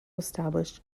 established